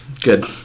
good